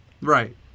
Right